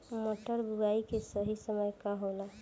मटर बुआई के सही समय का होला?